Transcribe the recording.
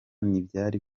ntibyari